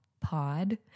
pod